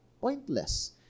pointless